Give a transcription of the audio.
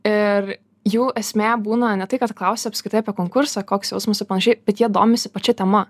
ir jų esmė būna ne tai kad klausia apskritai apie konkursą koks jausmas ir panašiai bet jie domisi pačia tema